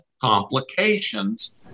complications